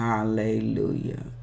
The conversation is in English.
Hallelujah